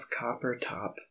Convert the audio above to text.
Coppertop